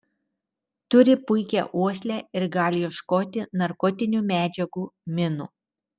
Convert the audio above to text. turi puikią uoslę ir gali ieškoti narkotinių medžiagų minų